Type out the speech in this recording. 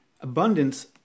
abundance